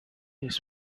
its